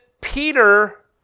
Peter